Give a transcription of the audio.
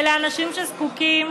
אלה אנשים שזקוקים